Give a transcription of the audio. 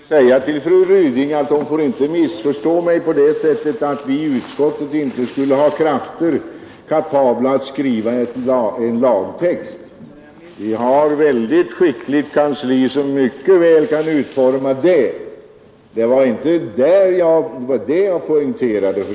Herr talman! Jag vill säga till fru Ryding att hon inte får missförstå mig på det sättet att vi i utskottet inte skulle ha krafter, kapabla att skriva en lagtext. Vi har ett väldigt skickligt kansli som mycket väl kan utforma en sådan.